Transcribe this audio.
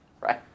right